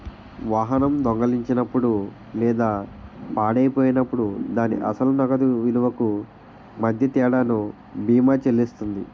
వాహనం దొంగిలించబడినప్పుడు లేదా పాడైపోయినప్పుడు దాని అసలు నగదు విలువకు మధ్య తేడాను బీమా చెల్లిస్తుంది